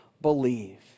believe